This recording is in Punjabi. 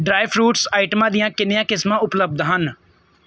ਡਰਾਈ ਫਰੂਟਸ ਆਈਟਮਾਂ ਦੀਆਂ ਕਿੰਨੀਆਂ ਕਿਸਮਾਂ ਉਪਲਬਧ ਹਨ